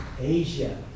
Asia